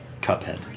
Cuphead